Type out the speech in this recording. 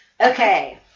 Okay